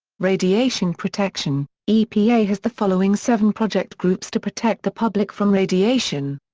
radiation protection epa has the following seven project groups to protect the public from radiation.